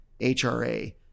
HRA